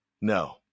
No